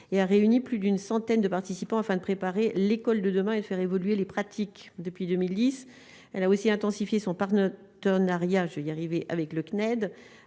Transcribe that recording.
et a réuni plus d'une centaine de participants afin de préparer l'école de demain et faire évoluer les pratiques depuis 2010, elle a aussi intensifié son par tonne Aria, je vais y arriver avec le CNED